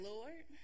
Lord